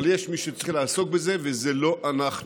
אבל יש מי שצריכים לעסוק בזה, וזה לא אנחנו.